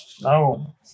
No